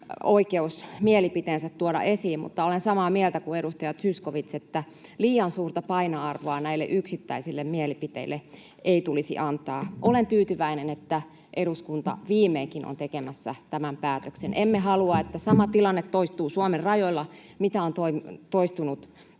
oikeus mielipiteensä tuoda esiin. Mutta olen samaa mieltä kuin edustaja Zyskowicz, että liian suurta painoarvoa näille yksittäisille mielipiteille ei tulisi antaa. Olen tyytyväinen, että eduskunta viimeinkin on tekemässä tämän päätöksen. Emme halua, että sama tilanne toistuu Suomen rajoilla, mikä on tapahtunut